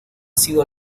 sido